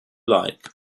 like